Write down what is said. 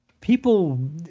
people